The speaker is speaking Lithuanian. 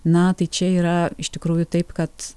na tai čia yra iš tikrųjų taip kad